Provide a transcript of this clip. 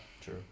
True